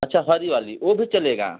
अच्छा हरी वाली ओ भी चलेगा